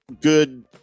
good